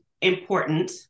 important